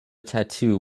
tattoo